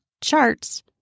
charts